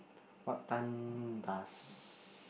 what time does